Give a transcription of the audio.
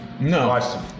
No